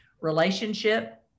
relationship